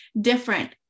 different